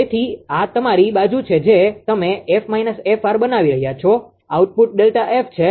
તેથી આ તમારી બાજુ છે જે તમે 𝑓 − 𝑓𝑟 બનાવી રહ્યા છો આઉટપુટ ΔF છે